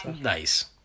Nice